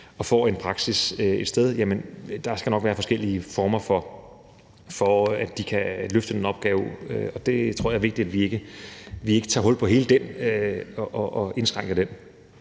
og får en praksis et sted. Der skal nok være forskellige former, så de kan løfte den opgave. Jeg tror, det er vigtigt, at vi ikke tager hul på det og indskrænker det.